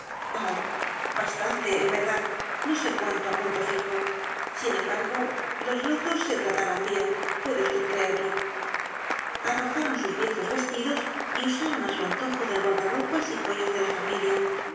d a d no sé cuánto á punto fijo sin embargo los locos se t r a t a b a n bien puede vd creerlo arrojaron sus viejos vestidos y usaron á su antojo del g u a r d a r o p a s y joyas de la familia